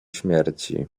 śmierci